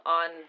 on